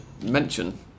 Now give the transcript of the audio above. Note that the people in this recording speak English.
mention